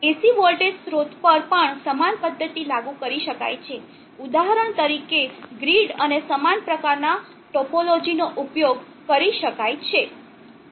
AC voltage સ્ત્રોતો પર પણ સમાન પદ્ધતિ લાગુ કરી શકાય છે ઉદાહરણ તરીકે ગ્રીડ અને સમાન પ્રકારનાં ટોપોલોજી નો ઉપયોગ કરી શકાય છે